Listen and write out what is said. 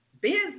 business